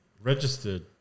registered